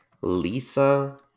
Lisa